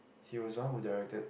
he was one of who directed